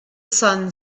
sun